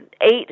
eight